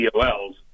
DOLs